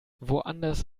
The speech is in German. woanders